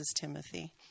Timothy